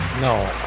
No